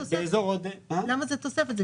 למה זאת תוספת?